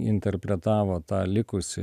interpretavo tą likusį